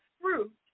fruit